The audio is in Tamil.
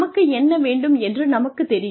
நமக்கு என்ன வேண்டும் என்று நமக்குத் தெரியும்